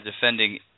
defending